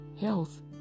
Health